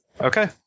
Okay